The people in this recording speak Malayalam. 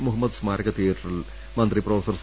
മുഹമ്മദ് സ്മാരക തിയേറ്ററിൽ മന്ത്രി പ്രൊഫസർ സി